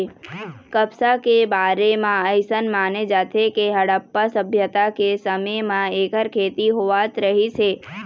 कपसा के बारे म अइसन माने जाथे के हड़प्पा सभ्यता के समे म एखर खेती होवत रहिस हे